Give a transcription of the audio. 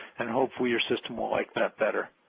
and hopefully your system will like that better.